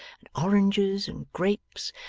and oranges, and grapes,